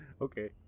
Okay